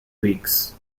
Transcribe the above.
weeks